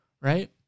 right